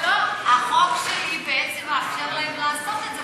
החוק שלי בעצם מאפשר להם לעשות את זה,